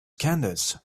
candice